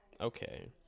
okay